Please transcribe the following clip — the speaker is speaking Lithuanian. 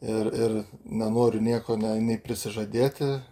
ir ir nenoriu nieko ne nei prisižadėti